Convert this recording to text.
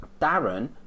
Darren